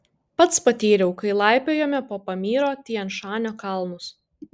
pats patyriau kai laipiojome po pamyro tian šanio kalnus